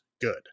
good